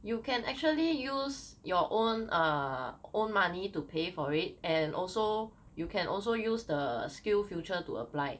you can actually use your own err own money to pay for it and also you can also use the skillsfuture to apply